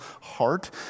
heart